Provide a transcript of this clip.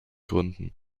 gründen